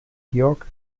georg